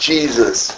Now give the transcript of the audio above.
Jesus